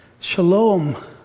Shalom